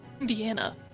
Indiana